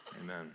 Amen